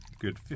good